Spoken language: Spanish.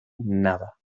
nada